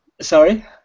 Sorry